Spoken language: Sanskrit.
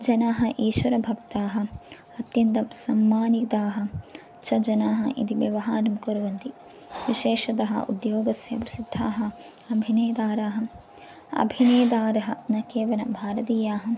जनाः ईश्वरभक्ताः अत्यन्तं सम्मानिताः च जनाः इति व्यवहारं कुर्वन्ति विशेषतः उद्योगस्य प्रसिद्धाः अभिनेतारः अभिनेतारः न केवलं भारतीयाः